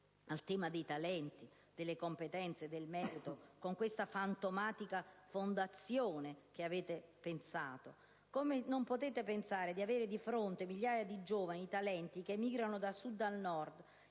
al tema dei talenti, delle competenze e del merito con questa fantomatica fondazione che avete pensato? Come potete non pensare di avere di fronte migliaia di giovani e di talenti, che emigrano da Sud a Nord,